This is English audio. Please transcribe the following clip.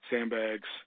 Sandbags